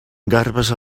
garbes